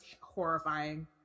horrifying